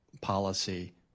policy